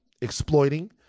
exploiting